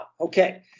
Okay